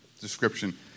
description